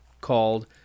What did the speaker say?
called